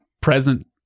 present